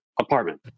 apartment